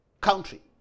country